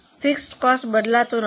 fixed cost બદલાતો નથી